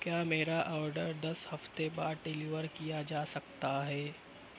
کیا میرا آرڈر دس ہفتے بعد ڈلیور کیا جا سکتا ہے